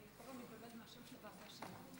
אני כל פעם מתבלבלת מהשם של הוועדה שלי.